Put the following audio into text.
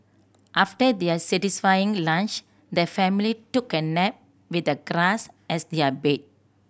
after their satisfying lunch the family took a nap with the grass as their bed